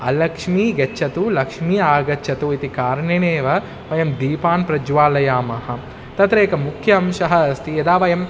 अलक्ष्मी गच्छतु लक्ष्मी आगच्छतु इति कारणेन एव वयं दीपां प्रज्वालयामः तत्र एकः मुख्यः अंशः अस्ति यदा वयम्